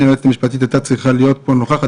ליועץ המשפטי הייתה צריכה להיות נוכחת,